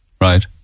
right